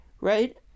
Right